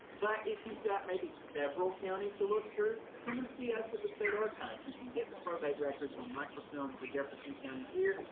but if you've got maybe several counties to look through, come and see us at the state archives. you can get the probate records on microfilm for jefferson county here,